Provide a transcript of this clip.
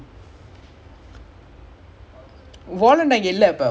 I think it's all wait let me see err